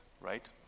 right